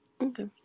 Okay